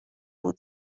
بود